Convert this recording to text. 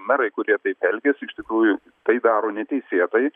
merai kurie taip elgiasi iš tikrųjų tai daro neteisėtai